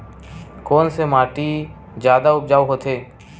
कोन से माटी जादा उपजाऊ होथे?